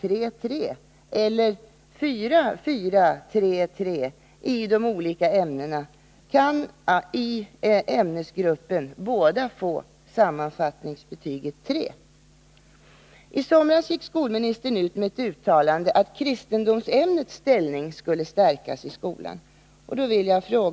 3 och en annan elev som har 4, 4, 3, 3 i de olika ämnena kan i ämnesgruppen båda få I somras gick skolministern ut med ett uttalande om att kristendomsämnets ställning skulle stärkas i skolan.